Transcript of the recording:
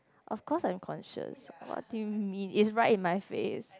of course I'm conscious what do you mean it's right in my face